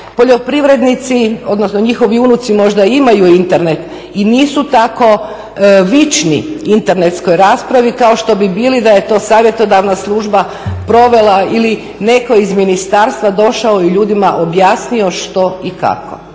poljoprivrednici odnosno njihovi unuci možda imaju Internet i nisu tako vični internetskoj raspravi kao što bi bili da je to Savjetodavna služba provela ili neko iz ministarstva došao i ljudima objasnio što i kako.